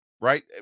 right